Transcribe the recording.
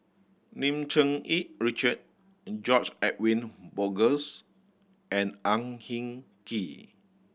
Lim Cherng Yih Richard George Edwin Bogaars and Ang Hin Kee